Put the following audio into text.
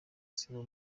sibo